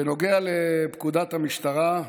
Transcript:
בנוגע לפקודת המשטרה,